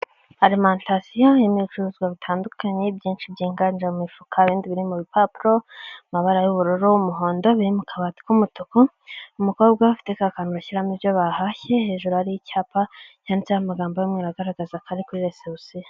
Alimatasiyo irimo ibicuruzwa bitandukanye byinshi byiyinganje mu mifuka ibindi biri mu bipapuro, amabara y'ubururu n'umuhondo biri mu kabati k'umutuku, umukobwa afite ka kantu bashyiramo ibyo bahashye, hejuru ari icyapa yanditseho amagambo y'umweru agaragaza ko ari kuri resebusiyo.